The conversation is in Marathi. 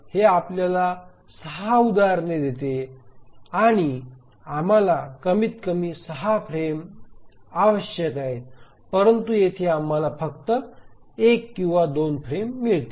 हे आपल्याला 6 उदाहरणे देते आणि आम्हाला कमीतकमी 6 फ्रेम आवश्यक आहेत परंतु येथे आम्हाला फक्त 1 किंवा 2 फ्रेम मिळतील